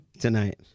tonight